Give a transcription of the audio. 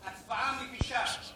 ההצעה להעביר את הצעת חוק התכנון והבנייה